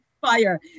fire